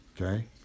okay